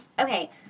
Okay